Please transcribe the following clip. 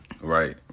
Right